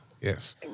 Yes